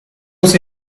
was